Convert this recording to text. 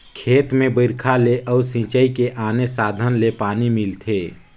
खेत में बइरखा ले अउ सिंचई के आने साधन ले पानी मिलथे